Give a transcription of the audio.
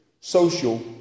social